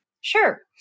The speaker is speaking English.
Sure